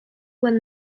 when